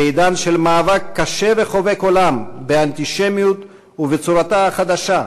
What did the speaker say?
בעידן של מאבק קשה וחובק עולם באנטישמיות ובצורתה החדשה,